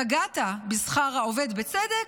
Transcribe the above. פגעת בשכר העובד בצדק?